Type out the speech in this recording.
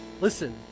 Listen